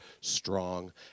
strong